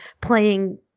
playing